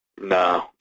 No